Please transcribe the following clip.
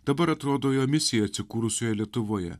dabar atrodo jo misija atsikūrusioje lietuvoje